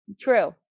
true